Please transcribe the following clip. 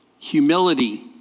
humility